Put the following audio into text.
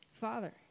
Father